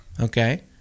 Okay